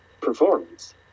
performance